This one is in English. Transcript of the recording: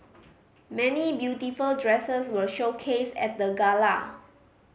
many beautiful dresses were showcased at the gala